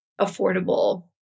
affordable